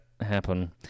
happen